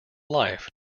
life